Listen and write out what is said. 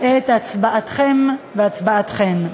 את הצבעתכם והצבעתכן.